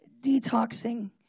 detoxing